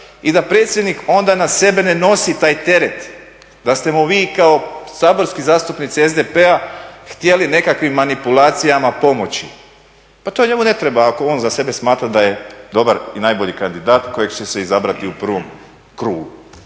i da predsjednik onda na sebi ne nosi taj teret da ste mu vi kao saborski zastupnici SDP-a htjeli nekakvim manipulacijama pomoći. Pa to njemu ne treba ako on za sebe smatra da je dobar i najbolji kandidat kojeg će se izabrati u prvom krugu.